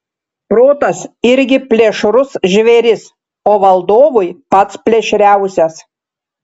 protas irgi plėšrus žvėris o valdovui pats plėšriausias